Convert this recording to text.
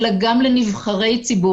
אלא גם לנבחרי ציבור.